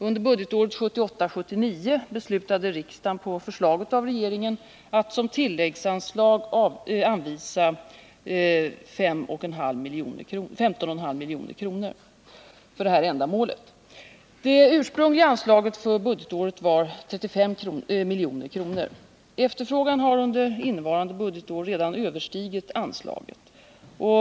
Under budgetåret 1978/79 beslutade riksdagen på förslag av regeringen att som tilläggsanslag anvisa 15,5 milj.kr. för det här ändamålet. Det ursprungliga anslaget för budgetåret var 35 milj.kr. Efterfrågan har under det innevarande budgetåret redan överstigit anslaget.